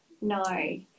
no